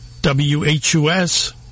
WHUS